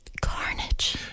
Carnage